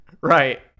Right